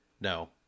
no